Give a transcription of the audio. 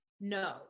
No